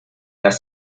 las